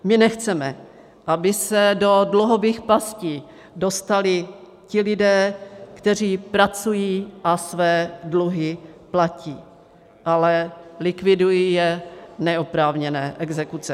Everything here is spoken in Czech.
My nechceme, aby se do dluhových pastí dostali ti lidé, kteří pracují a své dluhy platí, ale likvidují je neoprávněné exekuce.